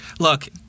Look